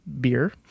beer